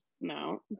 no